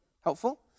helpful